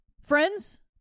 friends